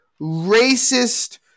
racist